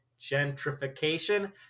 gentrification